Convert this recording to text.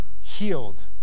healed